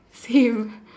same